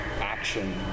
action